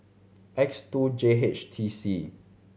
X two J H T C